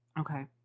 Okay